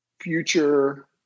future